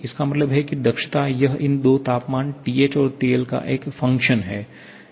इसका मतलब है कि दक्षता यह इन दो तापमान TH और TL का एक फ़क्शन है